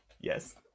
Yes